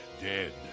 dead